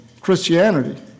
Christianity